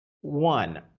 One